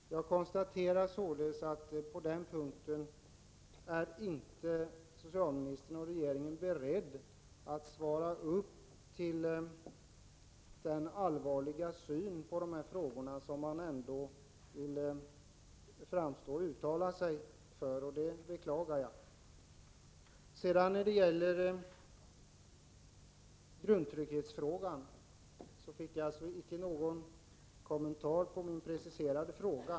Jag konstaterar således att socialministern och regeringen på den här punkten inte är beredd att svara upp till den allvarliga syn på de här frågorna som man uttalar att man har. Det beklagar jag. När det gäller grundtrygghetsfrågan fick jag inte någon kommentar beträffande min preciserade fråga.